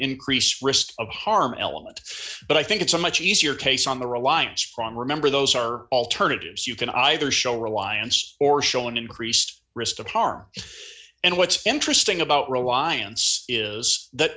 increased risk of harm element but i think it's a much easier case on the reliance prong remember those are alternatives you can either show reliance or show an increased risk of harm and what's interesting about reliance is th